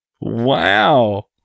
Wow